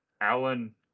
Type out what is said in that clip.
Alan